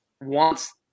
wants